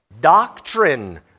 doctrine